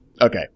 okay